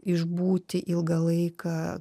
išbūti ilgą laiką